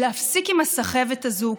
להפסיק עם הסחבת הזאת,